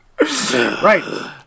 Right